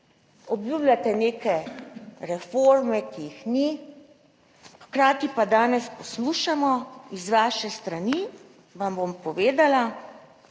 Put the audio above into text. Obljubljate neke reforme, ki jih ni, hkrati pa danes poslušamo iz vaše strani, vam bom povedala,